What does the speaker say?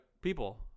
people